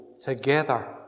together